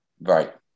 Right